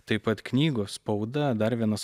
taip pat knygos spauda dar vienas